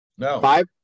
five